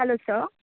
hello sir